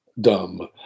dumb